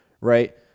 right